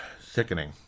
Sickening